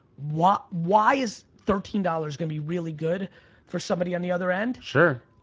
why why is thirteen dollars gonna be really good for somebody on the other end? sure.